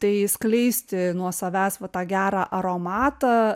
tai skleisti nuo savęs vat tą gerą aromatą